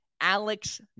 Alex